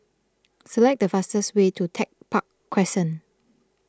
select the fastest way to Tech Park Crescent